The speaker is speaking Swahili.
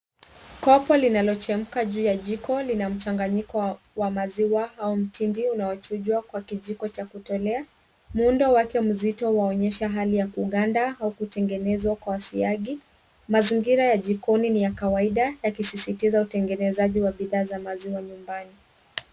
Kopo linalochemka juu ya jiko, lina mchanganyiko wa maziwa au mtindi unaochujwa kwa kijiko cha kutolea. Muundo wake mzito waonyesha hali ya kuganda au kutengenezwa kwa siagi. Mazingira ya jikoni ni ya kawaida yakisisitiza utengenezaji wa bidhaa za maziwa nyumbani.